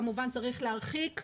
כמובן צריך להרחיק ולדווח,